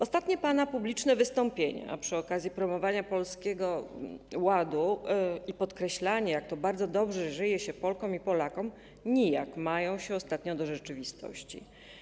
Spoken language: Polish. Ostatnie pana publiczne wystąpienia przy okazji promowania Polskiego Ładu i podkreślanie, jak to bardzo dobrze żyje się Polkom i Polakom, nijak mają się do rzeczywistości.